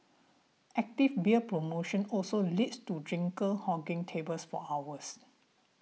active beer promotion also leads to drinker hogging tables for hours